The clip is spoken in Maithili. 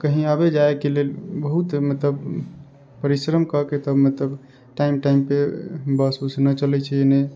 आ कहीं आबै जाइके लेल बहुत मतलब परिश्रम कयके मतलब टाइम टाइम पर बस उस न चलै छै